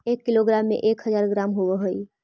एक किलोग्राम में एक हज़ार ग्राम होव हई